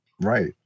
Right